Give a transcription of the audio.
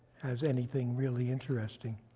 has anything really interesting,